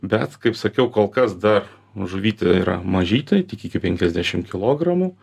bet kaip sakiau kol kas dar žuvytė yra mažytė tai tik iki penkiasdešim kilogramų